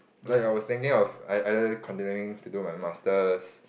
like I was thinking of ei~ either continuing to do my masters